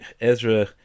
Ezra